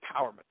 empowerment